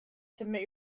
submit